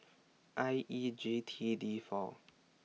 I E G T D four